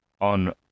on